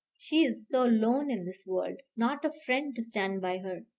she's so lone in this world not a friend to stand by her,